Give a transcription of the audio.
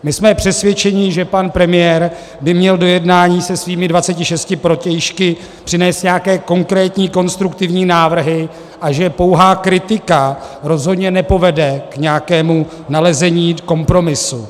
My jsme přesvědčeni, že pan premiér by měl do jednání se svými 26 protějšky přinést nějaké konkrétní konstruktivní návrhy a že pouhá kritika rozhodně nepovede k nějakému nalezení kompromisu.